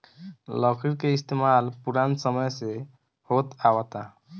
लकड़ी के इस्तमाल पुरान समय से होत आवता